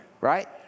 Right